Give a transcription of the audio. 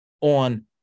on